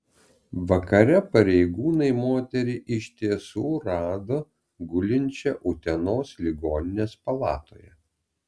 vakare pareigūnai moterį iš tiesų rado gulinčią utenos ligoninės palatoje